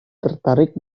tertarik